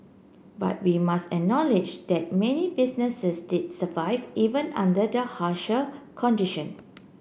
but we must acknowledge that many businesses did survive even under the harsher condition